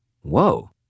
Whoa